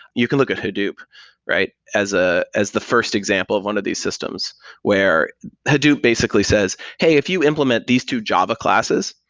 you can look at hadoop as ah as the first example of one of these systems where hadoop basically says, hey, if you implement these two java classes,